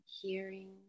hearing